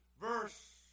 verse